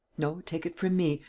no, take it from me,